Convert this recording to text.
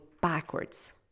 backwards